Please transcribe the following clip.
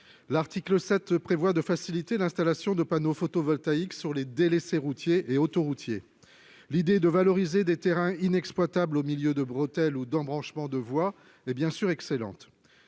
L'article 7 prévoit de faciliter l'installation de panneaux photovoltaïques sur les délaissés routiers et autoroutiers. L'idée de valoriser des terrains inexploitables au milieu de bretelles ou d'embranchements de voies est bien sûr excellente.